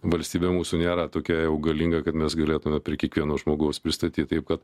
valstybė mūsų nėra tokia jau galinga kad mes galėtume prie kiekvieno žmogaus pristatyt taip kad